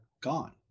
gone